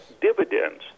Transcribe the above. dividends